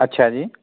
ਅੱਛਾ ਜੀ